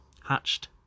hatched